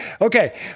Okay